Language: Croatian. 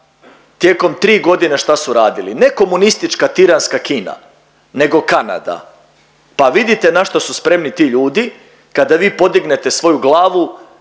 tijekom tri godine šta su radili, ne komunistička tiranska Kina nego Kanada pa vidite na što su spremni ti ljudi kada vi podignete svoju glavu